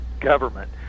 government